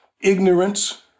Ignorance